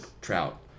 Trout